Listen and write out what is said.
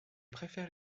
préfère